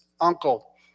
uncle